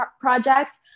project